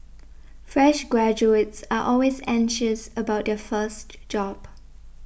fresh graduates are always anxious about their first job